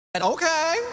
Okay